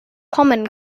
common